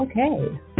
Okay